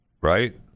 right